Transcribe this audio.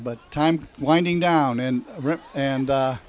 but time winding down in and